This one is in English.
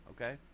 okay